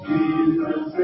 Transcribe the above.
Jesus